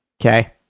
okay